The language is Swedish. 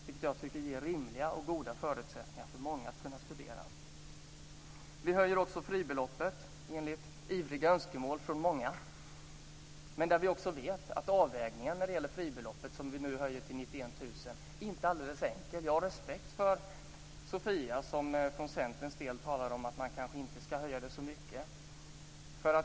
Det tycker jag ger rimliga och goda förutsättningar för många att studera. Vi höjer också fribeloppet enligt ivriga önskemål från många. Vi vet också att avvägningen när det gäller fribeloppet, som vi nu höjer till 91 000, inte är alldeles enkel. Jag har respekt för Sofia, som för Centerns del talar om att man kanske inte ska höja det så mycket.